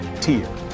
tier